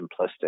simplistic